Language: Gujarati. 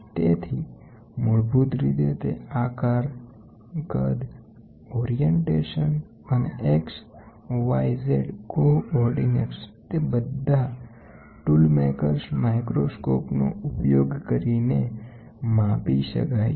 તેથી મૂળભૂત રીતે તે આકાર કદ ગોઠવણ અને XYZ કોઓર્ડિનેટ્સ તે બધા ટૂલ મેકર્સ માઈક્રોસ્કોપનોનો ઉપયોગ કરીને માપી શકાય છે